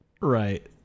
Right